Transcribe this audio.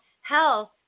health